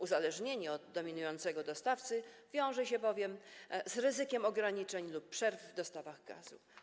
Uzależnienie od dominującego dostawcy wiąże się bowiem z ryzykiem ograniczeń lub przerw w dostawach gazu.